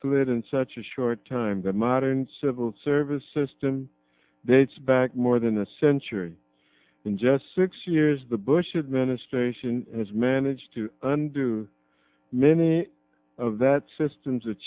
slid in such a short time that modern civil service system dates back more than a century in just six years the bush administration has managed to under many of that system's